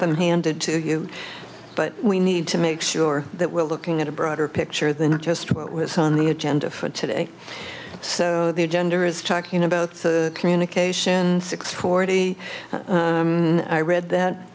them handed to you but we need to make sure that we're looking at a broader picture than just what was on the agenda for today so the gender is talking about communication six forty and i read that